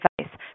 advice